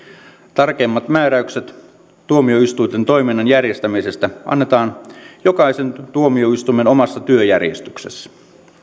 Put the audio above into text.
tarkemmat määräykset tuomioistuinten toiminnan järjestämisestä annetaan jokaisen tuomioistuimen omassa työjärjestyksessä